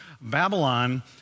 Babylon